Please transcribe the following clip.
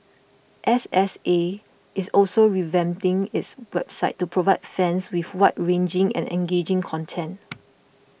S S A is also revamping its website to provide fans with wide ranging and engaging content